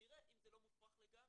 ונראה אם זה לא מופרך לגמרי,